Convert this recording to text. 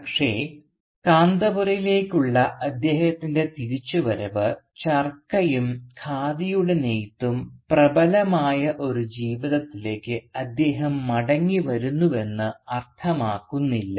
പക്ഷേ കാന്തപുരയിലേക്കുള്ള അദ്ദേഹത്തിൻറെ തിരിച്ചുവരവ് ചർക്കയും ഖാദിയുടെ നെയ്ത്തും പ്രബലമായ ഒരു ജീവിതത്തിലേക്ക് അദ്ദേഹം മടങ്ങിവരുന്നുവെന്ന് അർത്ഥമാക്കുന്നില്ല